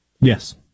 Yes